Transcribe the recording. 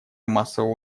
массового